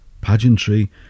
pageantry